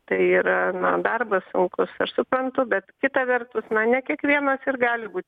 tai yra na darbas sunkus aš suprantu bet kita vertus na ne kiekvienas ir gali būt